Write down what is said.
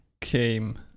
came